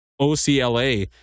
OCLA